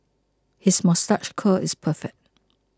his moustache curl is perfect